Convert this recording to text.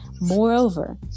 Moreover